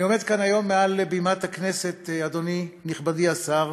אני עומד כאן היום על בימת הכנסת, נכבדי השר,